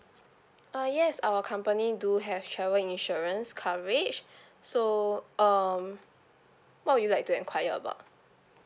uh yes our company do have travel insurance coverage so um what you like to enquire about